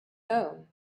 own